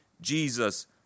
Jesus